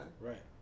Right